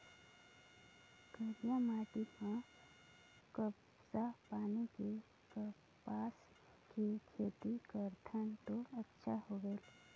करिया माटी म कपसा माने कि कपास के खेती करथन तो अच्छा होयल?